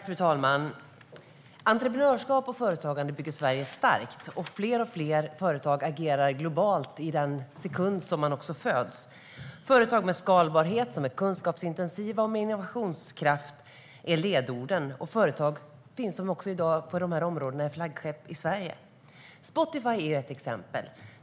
Fru talman! Entreprenörskap och företagande bygger Sverige starkt, och fler och fler företag agerar globalt från den sekund som de föds. Ledord är företag med skalbarhet som är kunskapsintensiva och med innovationskraft, och det finns företag på dessa områden som i dag är flaggskepp i Sverige. Spotify är ett exempel.